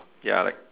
ya like